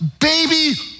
baby